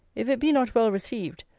if it be not well received,